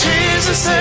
Jesus